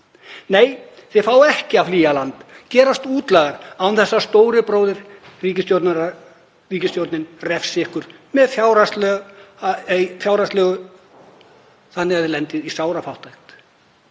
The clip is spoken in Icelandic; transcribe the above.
Nei, þið fáið ekki að flýja land, gerast útlagar, án þess að stóri bróðir, ríkisstjórnin, refsi ykkur fjárhagslega þannig að þið lendið í sárafátækt.